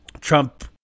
Trump